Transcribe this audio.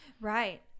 Right